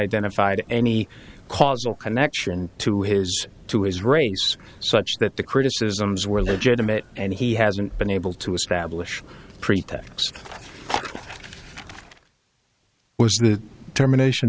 identified any causal connection to his to his race such that the criticisms were legitimate and he hasn't been able to establish a pretext was the termination